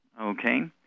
Okay